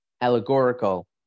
allegorical